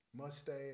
mustache